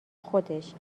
خودش